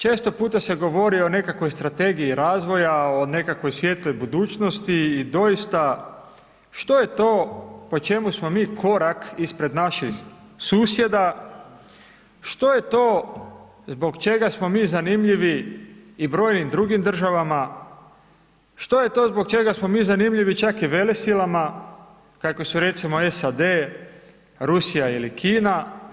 Često puta se govori o nekakvoj strategiji razvoja, o nekakvoj svijetloj budućnosti i doista što je to, po čemu smo mi korak ispred naših susjeda, što je to zbog čega smo mi zanimljivi i brojnim drugim državama, što je to zbog čega smo mi zanimljivi čak i velesilama kakve su recimo SAD, Rusija ili Kina.